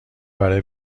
برای